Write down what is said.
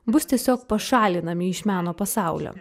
bus tiesiog pašalinami iš meno pasaulio